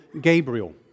Gabriel